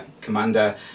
commander